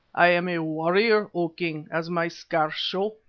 i am a warrior, o king, as my scars show,